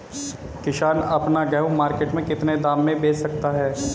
किसान अपना गेहूँ मार्केट में कितने दाम में बेच सकता है?